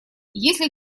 если